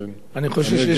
אני אגיע הנה רק,